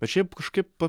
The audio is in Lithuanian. bet šiaip kažkaip